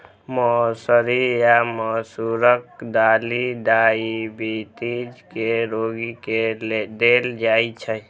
मौसरी या मसूरक दालि डाइबिटीज के रोगी के देल जाइ छै